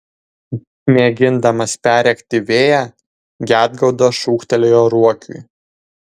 mėgindamas perrėkti vėją gedgaudas šūktelėjo ruokiui